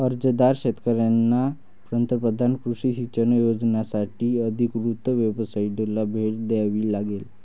अर्जदार शेतकऱ्यांना पंतप्रधान कृषी सिंचन योजनासाठी अधिकृत वेबसाइटला भेट द्यावी लागेल